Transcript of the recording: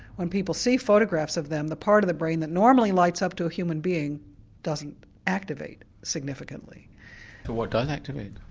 when people see photographs of them the part of the brain that normally lights up to a human being doesn't activate significantly. so what does activate?